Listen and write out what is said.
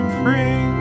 free